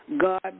God